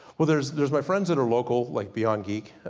well there's there's my friends that are local, like beyond geek.